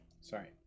Sorry